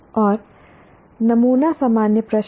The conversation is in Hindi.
और नमूना सामान्य प्रश्न